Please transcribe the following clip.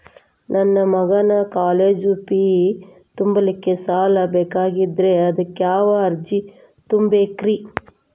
ನನ್ನ ಮಗನ college fee ತುಂಬಲಿಕ್ಕೆ ಸಾಲ ಬೇಕಾಗೆದ್ರಿ ಅದಕ್ಯಾವ ಅರ್ಜಿ ತುಂಬೇಕ್ರಿ?